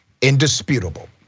indisputable